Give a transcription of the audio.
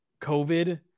covid